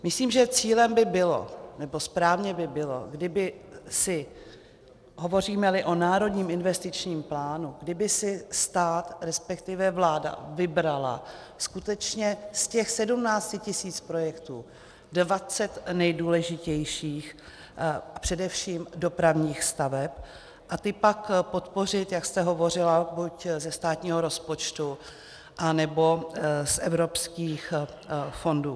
Myslím, že cílem by bylo, nebo správně by bylo, kdyby si, hovořímeli o národním investičním plánu, kdyby si stát, respektive vláda vybrala skutečně z těch 17 tisíc projektů 20 nejdůležitějších, především dopravních staveb a ty pak podpořila, jak jste hovořila, buď se státního rozpočtu, anebo z evropských fondů.